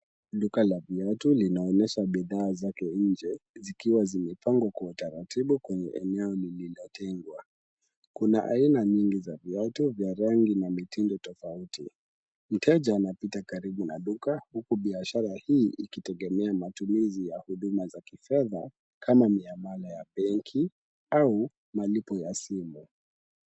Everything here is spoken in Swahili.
Duka la viatu linaonyesha bidhaa zake nje zikiwa zimepangwa kwa utaratibu kwenye eneo lililotengwa. Kuna aina nyingi za viatu vya rangi na mitindo tofauti. Mteja anapita karibu na duka huku biashara hii ikitegemea matumizi ya huduma za kifedha kama miamala ya benki au malipo ya simu.